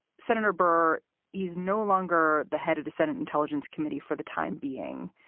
senator burr is no longer the head of the senate intelligence committee for the time being.